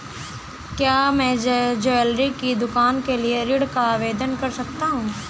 क्या मैं ज्वैलरी की दुकान के लिए ऋण का आवेदन कर सकता हूँ?